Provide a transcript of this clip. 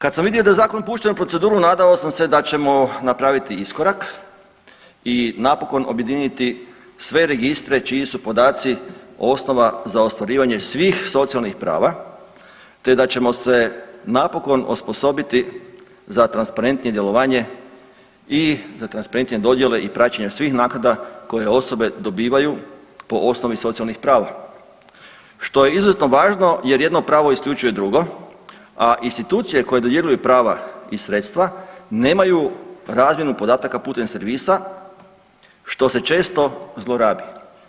Kad sam vidio da je Zakon pušten u proceduru, nadao sam se da ćemo napraviti iskorak i napokon objediniti sve registre čiji su podaci osnova za ostvarivanje svih socijalnih prava, te da ćemo se napokon osposobiti za transparentnije djelovanje i transparentnije dodjele i praćenje svih naknada koje osobe dobivaju po osnovi socijalnih prava što je izuzetno važno, jer jedno pravo isključuje drugo, a institucije koje dodjeljuju prava i sredstva nemaju razmjenu podataka putem servisa što se često zlorabi.